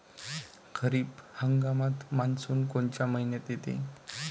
खरीप हंगामात मान्सून कोनच्या मइन्यात येते?